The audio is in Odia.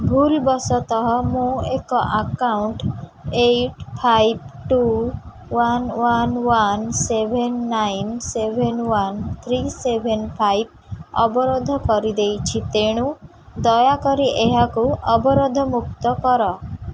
ଭୁଲ୍ ବଶତଃ ମୁଁ ଏକ account eight five two one one one seven nine seven one three seven five ଅବରୋଧ କରିଦେଇଛି ତେଣୁ ଦୟାକରି ଏହାକୁ ଅବରୋଧମୁକ୍ତ କର